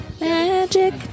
Magic